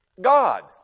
god